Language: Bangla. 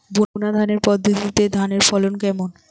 বুনাধানের পদ্ধতিতে ধানের ফলন কেমন?